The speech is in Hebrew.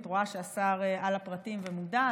את רואה שהשר על הפרטים ומודע,